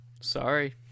Sorry